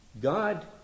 God